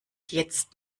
jetzt